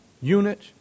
unit